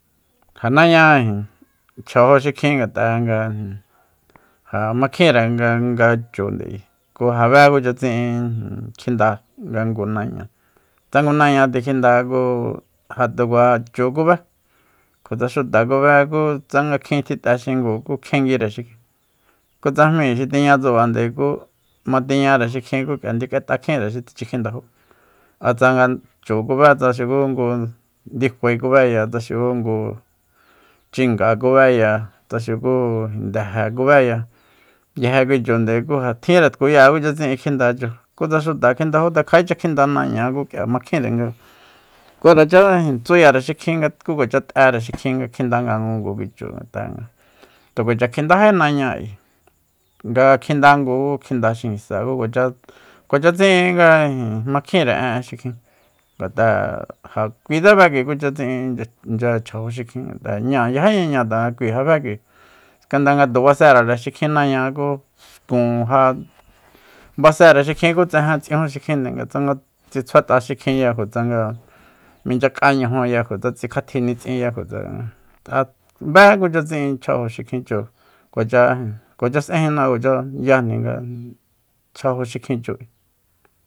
Ja naña chjajo xikjin ngat'a ijin ja makjinre nga- nga chunde ayi ku ja be kucha tsi'in kjinda nga ngu naña tsa ngu naña tikjinda ku ja tu kua chu kubé kutsa xuta kub'e ku tsanga kjin tji t'e xingu ku kjienguire xikjin kutsamíi xi tiña tsubande ku matiñare xikjin ku k'ia ndik'et'akjin xikjin xi tichjindajo a tsanga chu kub'e a tsanga tsa xuku ngu ndifae kubéya tsa xuku ngu chinga kubéya tsa xuku ndeja kubáya nguije kui chunde tjinre tkuya'e kucha tsi'in kjinda chu kutsa xuta kjindajo tanga kj'echa kjinda naña ku k'ia makjinre nga kuaracha ijin tsuyare xikjin nga ku kuacha t'ere xikjin nga kjinda nga ngungu kui chu ngat'anga tukuacha kjindájí naña ayi nga kjinda ngu ku kjinda xinguisáa ku kuacha- kuacha tsi'in nga makjinre nga en'e xikjin ngat'a ja kuitse bé kui kucha tsi'in nga chjajó xikjin ngat'a ñáa yajíña ñáa tanga kui ja bé kui skandara nga tu basere xikjin naña ku xkun ja basere xikjin ku tsejen tsijun xikjin tsi tsjuat'a xikjin nga minchya k'á ñajunya kutsa tsikjatji nitsinya kutsa bé kucha tsi'in chjajo xikjin chu kuacha ijin kuacha s'ejina kuacha yajni nga chjajo xikjin chúu